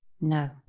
No